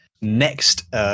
next